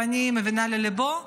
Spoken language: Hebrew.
ואני מבינה לליבו,